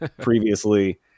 previously